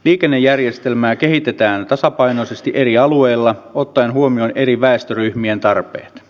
liikennejärjestelmää kehitetään tasapainoisesti eri alueilla ottaen huomioon eri väestöryhmien tarpeet